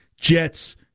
Jets